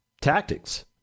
tactics